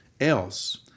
else